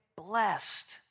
Blessed